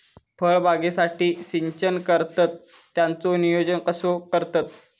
फळबागेसाठी सिंचन करतत त्याचो नियोजन कसो करतत?